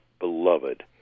beloved